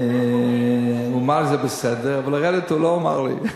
הוא אמר שזה בסדר, אבל לרדת הוא לא אמר לי.